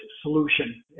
solution